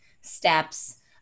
steps